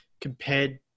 compared